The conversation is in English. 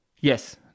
Yes